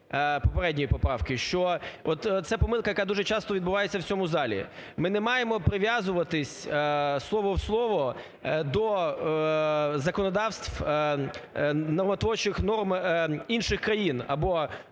попередньої поправки, що от це помилка, яка дуже часто відбувається в цьому залі. Ми не маємо прив'язуватись слово в слово до законодавств нормотворчих норми інших країн або